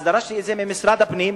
אז דרשתי את זה ממשרד הפנים.